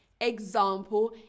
example